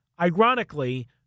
Ironically